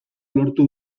lortu